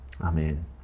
Amen